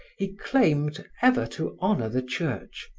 he claimed ever to honor the church,